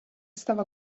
stava